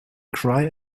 cry